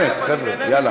נו, באמת, חבר'ה, יאללה.